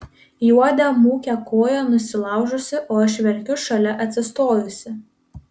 juodė mūkia koją nusilaužusi o aš verkiu šalia atsistojusi